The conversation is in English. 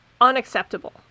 unacceptable